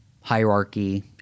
hierarchy